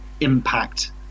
impact